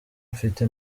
mfite